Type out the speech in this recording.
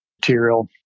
material